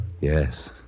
Yes